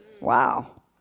Wow